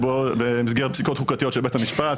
שבמסגרת פסיקות החוקתיות של בית המשפט,